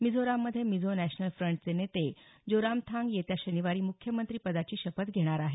मिझोराममधे Mizo national फ्रंटचे नेते जोरामथांग येत्या शनिवारी मुख्यमंत्रिपदाची शपथ घेणार आहेत